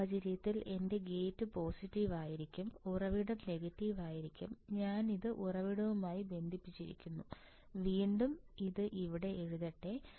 ഈ സാഹചര്യത്തിൽ എന്റെ ഗേറ്റ് പോസിറ്റീവ് ആയിരിക്കും ഉറവിടം നെഗറ്റീവ് ആയിരിക്കും ഞാൻ ഇത് ഉറവിടവുമായി ബന്ധിപ്പിക്കുന്നു വീണ്ടും ഇത് ഇവിടെ എഴുതട്ടെ